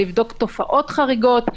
לבדוק תופעות חריגות.